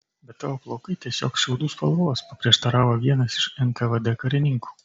bet tavo plaukai tiesiog šiaudų spalvos paprieštaravo vienas iš nkvd karininkų